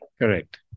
Correct